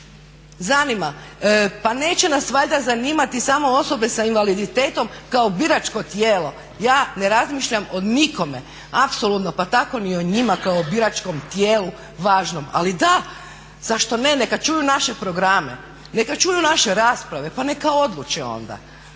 osobe. Pa neće nas valjda zanimati samo osobe s invaliditetom kao biračko tijelo?! Ja ne razmišljam o nikome, apsolutno, pa tako ni o njima kao o biračkom tijelu važnom. Ali da, zašto ne, neka čuju naše programe, neka čuju naše rasprave pa neka odluče onda.